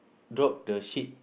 drop the sheet